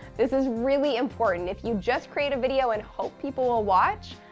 this is really important. if you just create a video and hope people will watch,